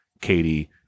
Katie